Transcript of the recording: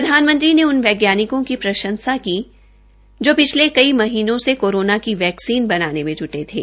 प्रधानमंत्री ने उन वैज्ञानिकों की प्रषंसा की जो पिछले कई महीनों से कोरोना की वैक्सीन बनाने में जुटे थे